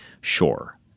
Sure